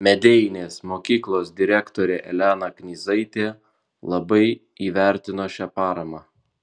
medeinės mokyklos direktorė elena knyzaitė labai įvertino šią paramą